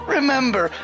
Remember